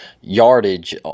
yardage